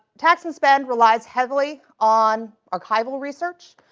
tax and spend relies heavily on archival research,